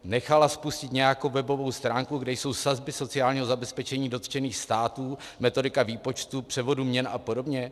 Nechala spustit nějakou webovou stránku, kde jsou sazby sociálního zabezpečení dotčených států, metodika výpočtů, převodu měn a podobně?